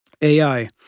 AI